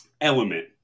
element